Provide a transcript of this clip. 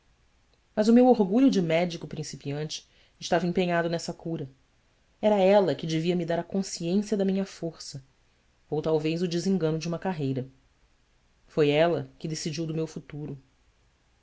mas o meu orgulho de médico principiante estava empenhado nessa cura era ela que devia me dar a consciência da minha força ou talvez o desengano de uma carreira foi ela que decidiu do meu futuro